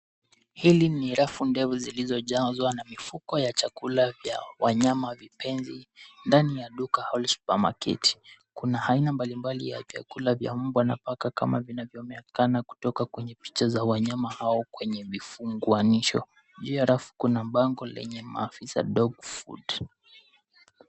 Hili ni rafu ndefu zilizojazwa na mifuko ya chakula vya wanyama vipenzi ndani ya duka au supamaketi. Kuna aina mbalimbali ya vyakula vya mbwa na paka kama vinavyoonekana kutoka kwenye picha za wanyama hao kwenye vifunganisho. Juu ya rafu kuna bango lenye dog food .